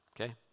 Okay